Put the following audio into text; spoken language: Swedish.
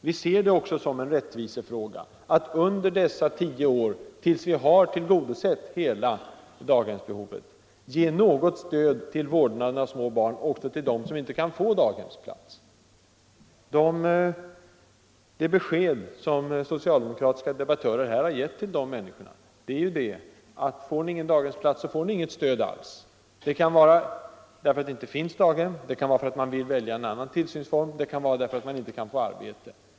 Vi ser det också som en rättvisefråga att man — under de tio år som återstår till dess vi har tillgodosett hela daghemsbehovet — ger något stöd till vårdnaden av de små barn som inte kan få daghemsplats. Det besked som socialdemokratiska debattörer här har gett till de människorna är: Får ni ingen daghemsplats så får ni inget stöd alls. Det kan bero på att det inte finns daghem, på att man vill välja någon annan tillsynsform eller på att man inte kan få arbete.